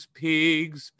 pigs